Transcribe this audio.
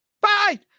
Bye